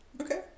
Okay